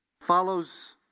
Follows